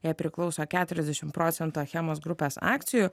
jai priklauso keturiasdešimt procentų achemos grupės akcijų